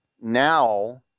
now